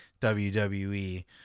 WWE